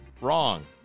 Wrong